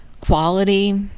quality